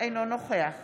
אינו נוכח